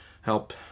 help